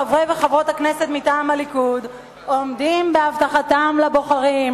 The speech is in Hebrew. חברי וחברות הכנסת מטעם הליכוד עומדים בהבטחתם לבוחרים,